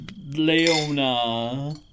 Leona